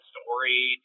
Story